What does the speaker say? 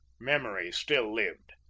memory still lived.